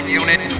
unit